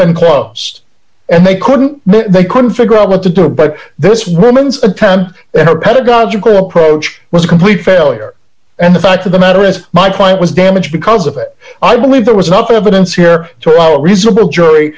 been close and they couldn't they couldn't figure out what to do but this woman's a ten pedagogically approach was a complete failure and the fact of the matter is my point was damaged because of it i believe there was not evidence here to our reasonable j